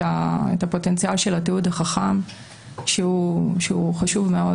הפוטנציאל של התיעוד החכם שהוא חשוב מאוד,